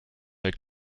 avec